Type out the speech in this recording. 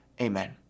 Amen